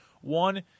One